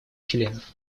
членов